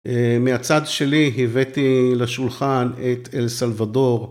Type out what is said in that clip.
מהצד שלי הבאתי לשולחן את אלסלבדור.